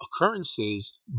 occurrences